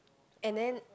and then